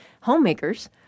homemakers